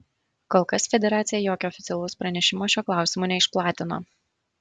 kol kas federacija jokio oficialaus pranešimo šiuo klausimu neišplatino